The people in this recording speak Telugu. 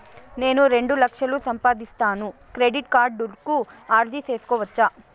నేను రెండు లక్షలు సంపాదిస్తాను, క్రెడిట్ కార్డుకు అర్జీ సేసుకోవచ్చా?